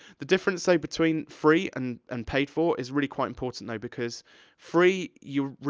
the difference, though, between free and and paid for, is really quite important, though, because free, you're,